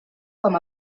com